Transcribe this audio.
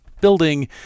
building